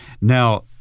Now